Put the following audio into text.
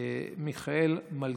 מיכאל מלכיאלי.